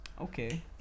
Okay